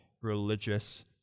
religious